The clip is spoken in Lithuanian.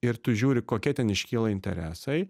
ir tu žiūri kokie ten iškyla interesai